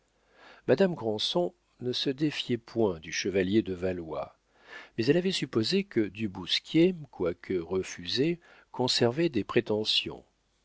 madame granson ne se défiait point du chevalier de valois mais elle avait supposé que du bousquier quoique refusé conservait des prétentions